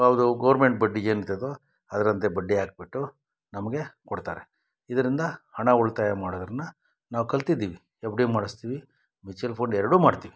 ಅವ್ರದ್ದು ಗೌರ್ಮೆಂಟ್ ಬಡ್ಡಿ ಏನು ಇರ್ತದೋ ಅದರಂತೆ ಬಡ್ಡಿ ಹಾಕಿಬಿಟ್ಟು ನಮಗೆ ಕೊಡ್ತಾರೆ ಇದರಿಂದ ಹಣ ಉಳಿತಾಯ ಮಾಡೋದನ್ನು ನಾವು ಕಲ್ತಿದ್ದೀವಿ ಎಫ್ ಡಿ ಮಾಡಿಸ್ತೀವಿ ಮ್ಯೂಚುವಲ್ ಫಂಡ್ ಎರಡೂ ಮಾಡ್ತೀವಿ